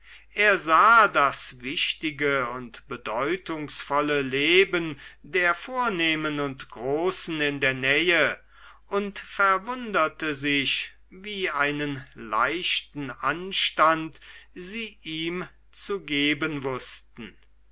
er sah das wichtige und bedeutungsvolle leben der vornehmen und großen in der nähe und verwunderte sich wie einen leichten anstand sie ihm zu geben wußten